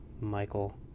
michael